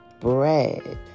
bread